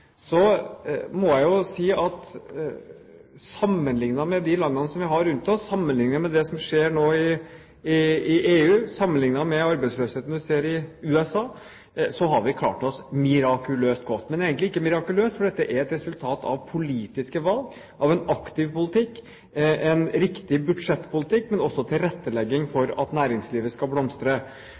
så har vi klart oss mirakuløst godt. Men egentlig ikke mirakuløst, for dette er et resultat av politiske valg, av en aktiv politikk, av en riktig budsjettpolitikk, men også av tilrettelegging for at næringslivet skal blomstre.